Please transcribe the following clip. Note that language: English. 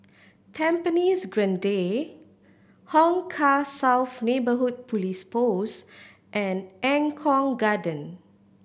Tampines Grande Hong Kah South Neighbourhood Police Post and Eng Kong Garden